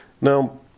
Now